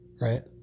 right